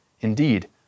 Indeed